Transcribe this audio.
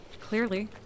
Clearly